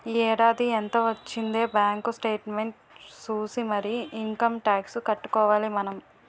ఈ ఏడాది ఎంత వొచ్చిందే బాంకు సేట్మెంట్ సూసి మరీ ఇంకమ్ టాక్సు కట్టుకోవాలి మనం